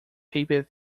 paper